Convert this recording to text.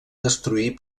destruir